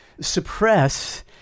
suppress